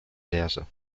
lehre